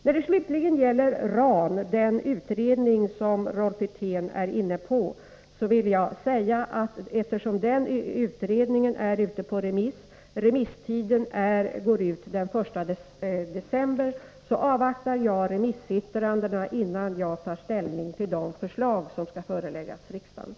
När det slutligen gäller RAN, den utredning som Rolf Wirtén tog upp, vill jag säga: Eftersom den utredningen är ute på remiss — remisstiden går ut den 1 december — avvaktar jag remissyttrandena, innan jag tar ställning till de förslag som skall föreläggas riksdagen.